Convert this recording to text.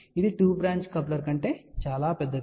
ఇది two branch coupler కంటే చాలా పెద్దది